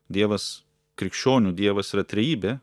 dievas krikščionių dievas yra trejybė